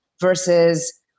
versus